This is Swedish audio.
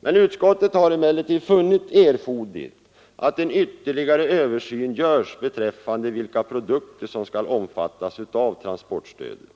men har funnit det erforderligt att en ytterligare översyn görs beträffande vilka produkter som skall omfattas av transportstödet.